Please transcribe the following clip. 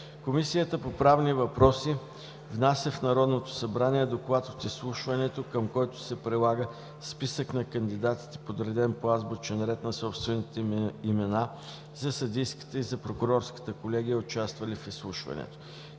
Комисията по правни въпроси внася в Народното събрание доклад от изслушването, към който се прилага списък на кандидатите, подреден по азбучен ред на собствените им имена, за съдийската и за прокурорската колегия, участвали в изслушването.